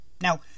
Now